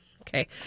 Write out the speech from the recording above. Okay